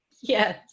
Yes